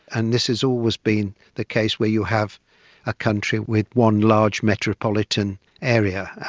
and this has always been the case where you have a country with one large metropolitan area,